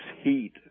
heat